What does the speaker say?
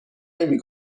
نمی